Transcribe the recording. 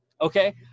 Okay